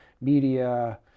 media